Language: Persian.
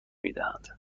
میدهند